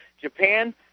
Japan